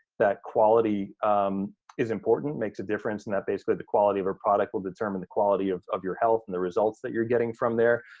that quality is important, makes a difference in that basically the quality of a product will determine the quality of of your health and the results that you're getting from there.